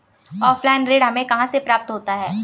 Offline ऋण हमें कहां से प्राप्त होता है?